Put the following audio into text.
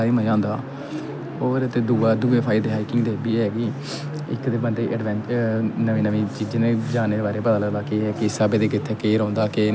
होर ते दूआ दूए फायदे हाइकिंग दे एह् बी ऐ कि इक ते बंदे गी एडवैंचर नमीं नमीं चीजें जानने दे बारै पता लगदा कि केह् ऐ किस साह्बै दी कि इत्थै केह् रौंह्दा केह् नेई केह् कुछ केह् ऐ उत्थै